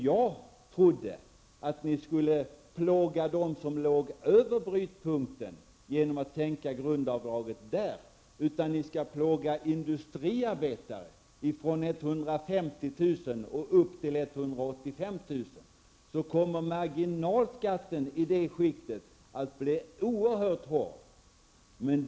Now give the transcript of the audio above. Jag trodde att ni skulle plåga dem som ligger över brytpunkten genom att sänka grundavdragen för det inkomstskiktet, men ni vill plåga industriarbetare som tjänar från 150 000 kr. upp till 185 000 kr. Marginalskatten kommer då i detta skikt att bli oerhört betungande.